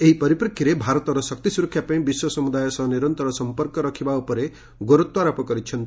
ଏହି ପରିପ୍ରେକ୍ଷୀରେ ଭାରତର ଶକ୍ତି ସୁରକ୍ଷା ପାଇଁ ବିଶ୍ୱ ସମୁଦାୟ ସହ ନିରନ୍ତର ସମ୍ମର୍କ ରଖିବା ଉପରେ ଗୁରୁତ୍ୱାରୋପ କରିଛନ୍ତି